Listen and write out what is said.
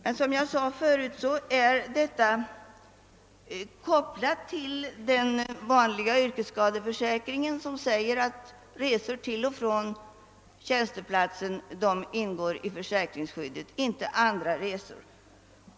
Men som jag sade förut är nu ifrågavarande försäkringsskydd kopplat till den vanliga yrkesskadeförsäkringen. Enligt bestämmelserna för denna försäkring ingår resor till och från tjänsteplatsen i försäkringsskyddet men inte andra resor.